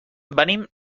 venim